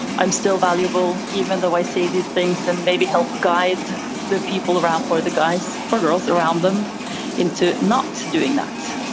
i'm still valuable even though i say these things and maybe help guide the people around or the guys or girls around them into not doing that.